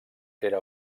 era